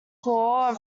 claw